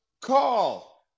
Call